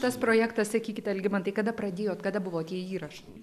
tas projektas sakykite algimantai kada pradėjot kada buvo tie įrašai